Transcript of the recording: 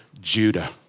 Judah